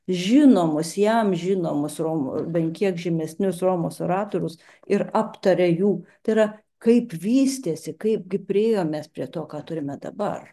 žinomus jam žinomus romos bent kiek žymesnius romos oratorius ir aptaria jų tai yra kaip vystėsi kaipgi priėjom mes prie to ką turim dabar